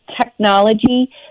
technology